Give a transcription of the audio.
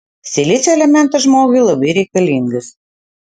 silicio elementas žmogui labai reikalingas